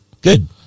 Good